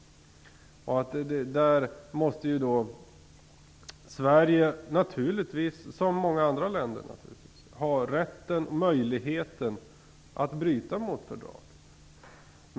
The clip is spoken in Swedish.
I det sammanhanget måste Sverige naturligtvis, liksom många andra länder, ha rätten och möjligheten att bryta mot fördraget.